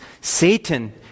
Satan